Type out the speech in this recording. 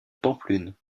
pampelune